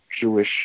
Jewish